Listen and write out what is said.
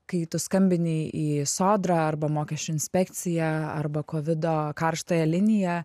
kai tu skambini į sodrą arba mokesčių inspekciją arba kovido karštąją liniją